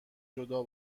جدا